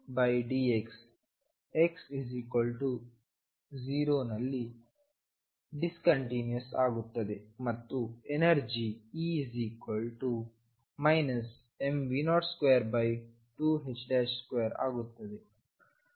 dψdx x0ನಲ್ಲಿ discontinuous ಆಗುತ್ತದೆ ಮತ್ತು ಎನರ್ಜಿ E mV022ℏ2 ಆಗುತ್ತದೆ